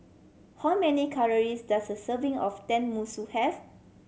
how many calories does a serving of Tenmusu have